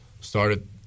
started